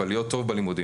אבל להיות טוב בלימודים.